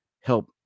help